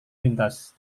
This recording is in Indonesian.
lintas